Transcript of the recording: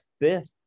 fifth